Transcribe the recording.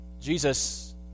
Jesus